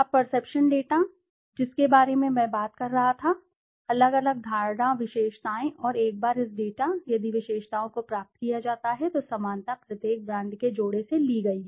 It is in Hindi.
अब परसेप्शन डेटा यह वही है जिसके बारे में मैं बात कर रहा था अलग अलग धारणा विशेषताएँ और एक बार इस डेटा यदि विशेषताओं को प्राप्त किया जाता है तो समानता प्रत्येक ब्रांड के जोड़े से ली गई है